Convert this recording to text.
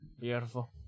Beautiful